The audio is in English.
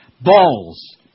Balls